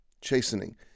Chastening